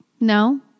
No